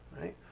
right